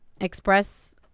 Express